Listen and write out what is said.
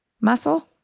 muscle